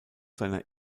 seiner